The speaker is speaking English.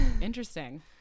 interesting